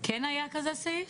כן היה כזה סעיף?